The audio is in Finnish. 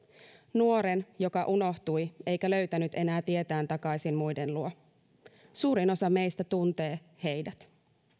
nuoren joka unohtui eikä löytänyt enää tietään takaisin muiden luo suurin osa meistä tuntee heidät